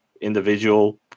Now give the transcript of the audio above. individual